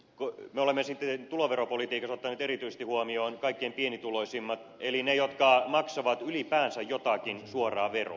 me olemme tuloveropolitiikassa ottaneet erityisesti huomioon kaikkein pienituloisimmat eli ne jotka maksavat ylipäänsä jotakin suoraa veroa